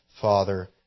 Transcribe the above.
Father